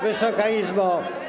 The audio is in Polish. Wysoka Izbo!